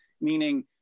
meaning